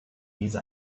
diese